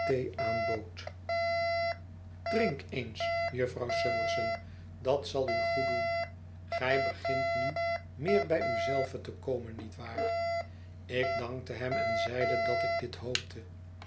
drink eens jufvrouw summerson dat zal u goeddoen gij begint nu meer bij u zelve te komen niet waar ik dankte hem en zeide dat ik dit hoopte